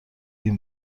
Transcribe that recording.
این